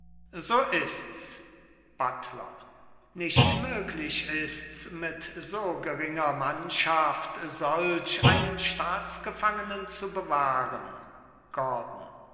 so ists buttler nicht möglich ists mit so geringer mannschaft solch einen staatsgefangnen zu bewahren gordon